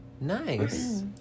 Nice